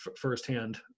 firsthand